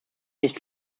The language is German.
nicht